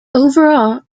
overall